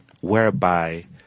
whereby